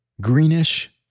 greenish